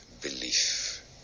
belief